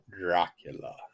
Dracula